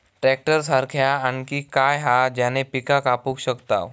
Tractor सारखा आणि काय हा ज्याने पीका कापू शकताव?